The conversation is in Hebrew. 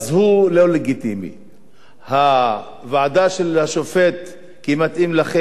הוועדה של השופט, כי מתאים לכם, היא לגיטימית.